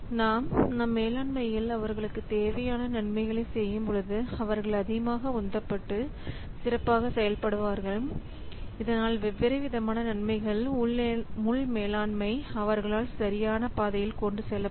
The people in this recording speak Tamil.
நாம் நம் மேலாண்மையில் அவர்களுக்கு தேவையான நன்மைகளை செய்யும்பொழுது அவர்கள் அதிகமாக உந்தப்பட்டு சிறப்பாக செயல்படுவார்கள் இதனால் வெவ்வேறு விதமான நன்மைகள் உள் மேலாண்மை அவர்களால் சரியான பாதையில் கொண்டு செல்லப்படும்